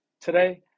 Today